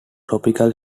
tropical